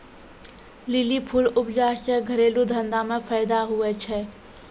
lily फूल उपजा से घरेलू धंधा मे फैदा हुवै छै